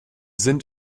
sind